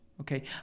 okay